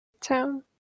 town